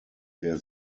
der